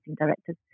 directors